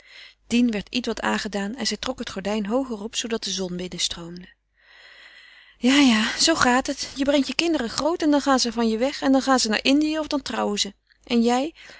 dien werd ietwat aangedaan en zij trok het gordijn hooger op zoodat de zon binnenstroomde ja ja zoo gaat het je brengt je kinderen groot en dan gaan ze van je weg dan gaan ze naar indië of dan trouwen ze en jij